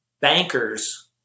bankers